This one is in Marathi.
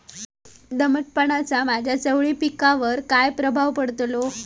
दमटपणाचा माझ्या चवळी पिकावर काय प्रभाव पडतलो?